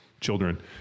children